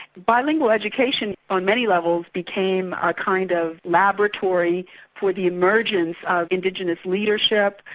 bilingual education on many levels became a kind of laboratory for the emergence of indigenous leadership.